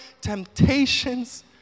temptations